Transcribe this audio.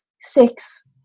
six